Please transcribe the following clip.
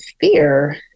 fear